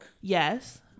Yes